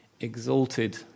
exalted